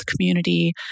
community